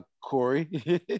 Corey